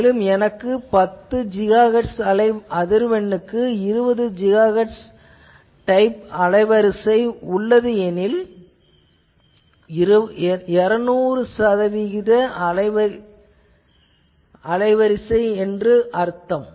மேலும் எனக்கு 10 GHz அதிர்வெண்ணுக்கு 20 GHz அலைவரிசை உள்ளது எனில் 200 சதவீத அலைவரிசை என்று அர்த்தம்